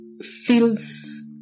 feels